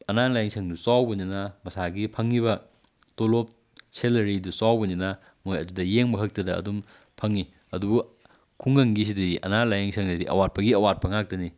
ꯑꯅꯥ ꯂꯥꯏꯌꯦꯡ ꯁꯪꯗꯨ ꯆꯥꯎꯕꯅꯤꯅ ꯃꯁꯥꯒꯤ ꯐꯪꯉꯤꯕ ꯇꯣꯂꯣꯞ ꯁꯦꯂꯔꯤꯗꯨ ꯆꯥꯎꯕꯅꯤꯅ ꯃꯣꯏ ꯑꯗꯨꯗ ꯌꯦꯡꯕ ꯈꯛꯇꯗ ꯑꯗꯨꯝ ꯐꯪꯉꯤ ꯑꯗꯨꯕꯨ ꯈꯨꯡꯒꯪꯒꯤ ꯁꯤꯗꯗꯤ ꯑꯅꯥ ꯂꯥꯏꯌꯦꯡ ꯁꯪꯗꯗꯤ ꯑꯋꯥꯠꯄꯒꯤ ꯑꯋꯥꯠꯄ ꯉꯥꯛꯇꯅꯤ